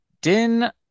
Din